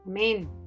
Amen